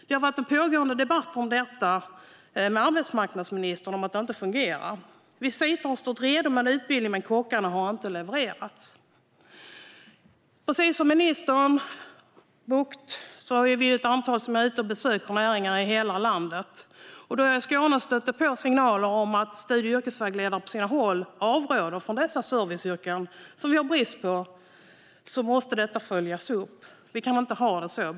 Det har varit en pågående debatt med arbetsmarknadsministern om att detta inte fungerar. Visita har stått redo med utbildning, men kockarna har inte levererats. Precis som minister Bucht är vi ett antal ledamöter som har varit ute och besökt näringar i hela landet. Jag har i Skåne stött på signaler om att studie och yrkesvägledare på sina håll avråder från dessa serviceyrken, som vi har brist på. Det här måste följas upp. Vi kan inte ha det så.